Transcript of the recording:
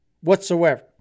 whatsoever